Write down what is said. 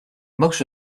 most